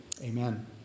amen